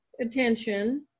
attention